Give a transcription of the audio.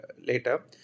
later